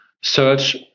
search